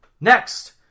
next